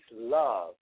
love